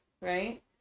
right